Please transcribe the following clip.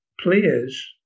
players